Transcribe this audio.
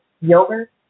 yogurt